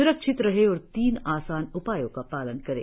स्रक्षित रहें और तीन आसान उपायों का पालन करें